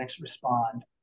respond